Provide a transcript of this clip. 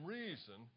reason